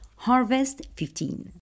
HARVEST15